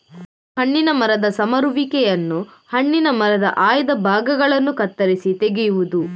ಹಣ್ಣಿನ ಮರದ ಸಮರುವಿಕೆಯನ್ನು ಹಣ್ಣಿನ ಮರದ ಆಯ್ದ ಭಾಗಗಳನ್ನು ಕತ್ತರಿಸಿ ತೆಗೆಯುವುದು